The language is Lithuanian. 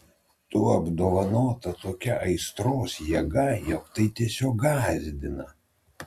tu apdovanota tokia aistros jėga jog tai tiesiog gąsdina